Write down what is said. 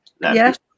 Yes